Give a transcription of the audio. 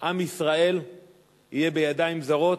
עם ישראל יהיה בידיים זרות,